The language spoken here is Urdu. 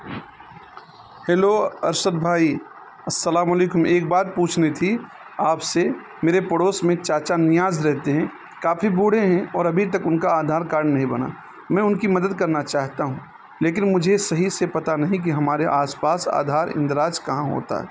ہیلو ارشد بھائی السلام علیکم ایک بات پوچھنی تھی آپ سے میرے پڑوس میں چاچا نیاز رہتے ہیں کافی بوڑھے ہیں اور ابھی تک ان کا آدھار کارڈ نہیں بنا میں ان کی مدد کرنا چاہتا ہوں لیکن مجھے صحیح سے پتہ نہیں کہ ہمارے آس پاس آدھار اندراج کہاں ہوتا ہے